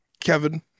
Kevin